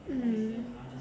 um